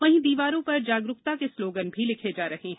वहीं दीवारों पर जागरूकता के स्लोगन भी लिखे जा रहे हैं